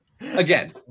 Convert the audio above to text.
Again